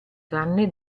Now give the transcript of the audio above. tranne